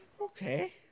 okay